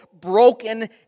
broken